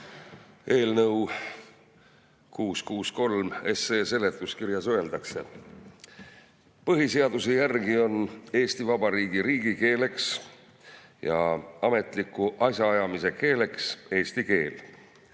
Eelnõu 663 seletuskirjas öeldakse: "Põhiseaduse järgi on Eesti vabariigi riigikeeleks ja ametliku asjaajamise keeleks eesti keel.